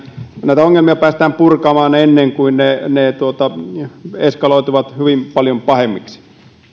näitä ongelmia päästään purkamaan ennen kuin ne ne eskaloituvat hyvin paljon pahemmiksi